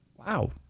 Wow